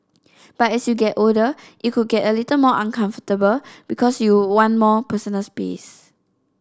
but as you get older it could get a little more uncomfortable because you one more personal space